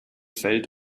feld